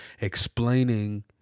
explaining